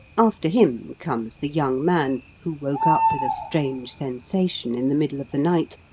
after him comes the young man who woke up with a strange sensation in the middle of the night,